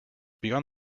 beyond